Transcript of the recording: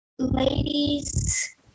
Ladies